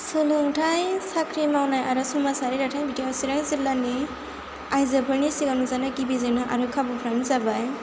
सोलोंथाय साख्रि मावनाय आरो समाजारि जाथाय बिथिंआव सिरां जिल्लानि आयजोफोरनि सिगाङाव नुजानाय गिबि जेंना आरो खाबुफोरानो जाबाय